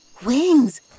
wings